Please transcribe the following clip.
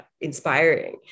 inspiring